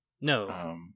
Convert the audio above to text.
No